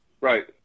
Right